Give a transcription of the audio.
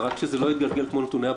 רק שזה לא יתגלגל כמו נתוני הבדיקות.